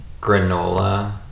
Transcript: granola